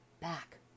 back